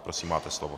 Prosím, máte slovo.